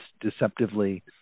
deceptively